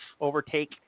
overtake